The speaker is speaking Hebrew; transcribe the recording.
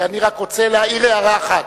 אני רק רוצה להעיר הערה אחת.